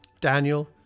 Daniel